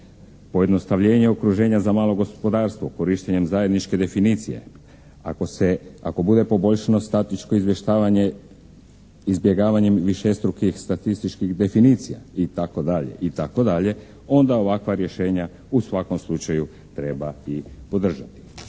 pojednostavljenje okruženja za malo gospodarstvo korištenjem zajedničke definicije, ako se, ako bude poboljšano statičko izvještavanje izbjegavanjem višestrukih statističkih definicija, itd., itd. onda ovakva rješenja u svako slučaju treba i podržati.